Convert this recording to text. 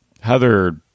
Heather